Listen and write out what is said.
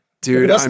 Dude